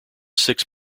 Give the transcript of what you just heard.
six